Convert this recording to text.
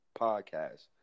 podcast